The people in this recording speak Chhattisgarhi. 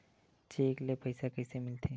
चेक ले पईसा कइसे मिलथे?